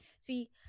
See